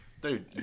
Dude